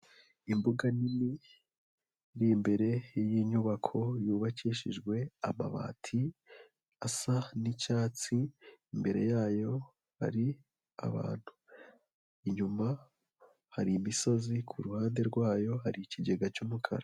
Imbuga nini iri imbere y'i nyubako yubakishijwe amabati asa n'icyatsi, imbere yayo hari abantu, inyuma hari imisozi ku ruhande rwayo hari ikigega cy'umukara.